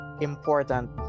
important